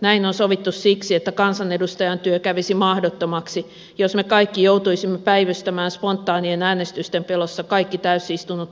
näin on sovittu siksi että kansanedustajan työ kävisi mahdottomaksi jos me kaikki joutuisimme päivystämään spontaanien äänestysten pelossa kaikki täysistunnot alusta loppuun